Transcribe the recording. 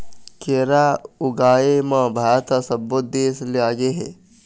केरा ऊगाए म भारत ह सब्बो देस ले आगे हे